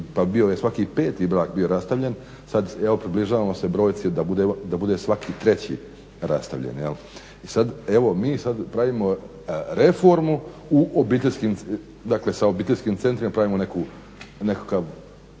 pa bio je svaki peti brak je bio rastavljen. Sad evo približavamo se brojci da bude svaki treći rastavljen. I sad evo mi sad pravimo reformu u obiteljskim, dakle sa obiteljskim centrima pravimo nekakav